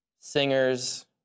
singers